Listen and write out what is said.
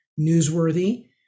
newsworthy